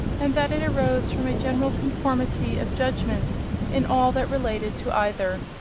and that it arose from a general conformity of judgment in all that related to either.